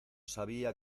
sabía